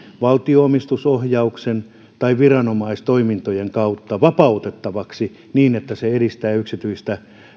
valtion omistusohjauksen tai viranomaistoimintojen kautta vapautettavaksi niin että se edistää yksityisen